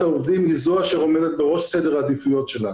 העובדים היא זו שעומדת בראש סדר העדיפויות שלנו.